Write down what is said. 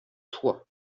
toit